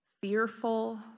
fearful